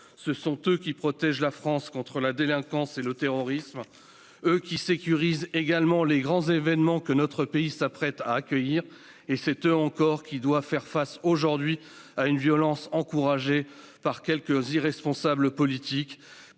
Ce sont eux qui protègent la France contre la délinquance et le terrorisme, eux qui sécuriseront les grands événements que notre pays s'apprête à accueillir, eux encore qui doivent faire face aujourd'hui à une violence encouragée par quelques irresponsables politiques.